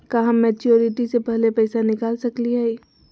का हम मैच्योरिटी से पहले पैसा निकाल सकली हई?